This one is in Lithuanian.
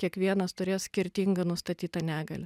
kiekvienas turės skirtingą nustatytą negalią